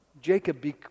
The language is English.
Jacob